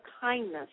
kindness